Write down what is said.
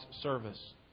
service